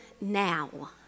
now